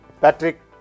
Patrick